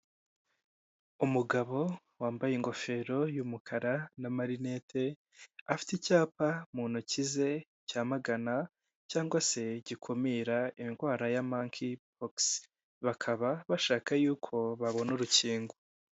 Umugabo wambaye ingofero y'umukara n'amarinete, afite icyapa mu ntoki ze cyamagana cyangwa se gikumira indwara ya Monkey pox, bakaba bashaka yuko babona urukingo.